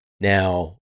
now